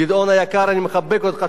גדעון היקר, אני מחבק אותך.